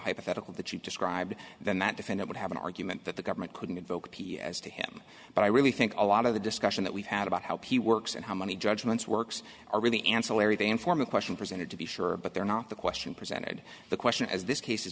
hypothetical that you describe then that defendant would have an argument that the government couldn't invoke p as to him but i really think a lot of the discussion that we've had about how he works and how many judgments works are really ancillary they inform a question presented to be sure but they're not the question presented the question as this case